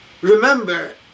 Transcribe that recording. remember